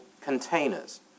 containers